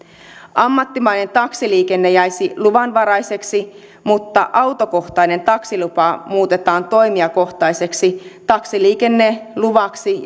ammattimainen taksiliikenne jäisi luvanvaraiseksi mutta autokohtainen taksilupa muutetaan toimijakohtaiseksi taksiliikenneluvaksi